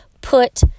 put